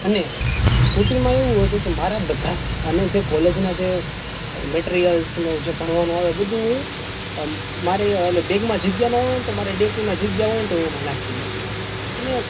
અને સ્કૂટીમાં એવું હતું કે મારા બધા અને જે કોલેજના જે મેટ્રિયલસ ને જે ભણવાનું આવે બધું આમ મારે એટલે બેગમાં જગ્યા ન હોય ને તો મારે ડેકીમાં જગ્યા હોય ને તો હું એમાં નાખી દઉં અને